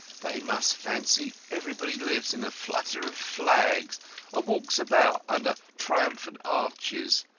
they must fancy everybody lives in a flutter of flags and walks about under triumphal arches,